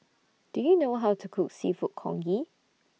Do YOU know How to Cook Seafood Congee